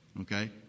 Okay